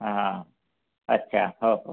अच्छा हो हो